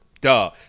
Duh